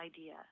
idea